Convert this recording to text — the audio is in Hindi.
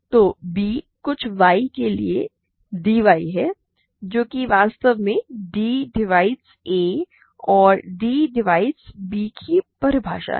तो b कुछ y के लिए dy है जो कि वास्तव में d डिवाइड्स a और d डिवाइड्स b की परिभाषा है